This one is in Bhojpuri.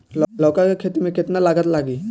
लौका के खेती में केतना लागत लागी?